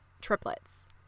triplets